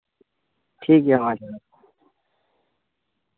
ᱴᱷᱤᱠ ᱜᱮᱭᱟ ᱢᱟ ᱡᱚᱦᱟᱨ